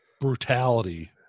brutality